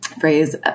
phrase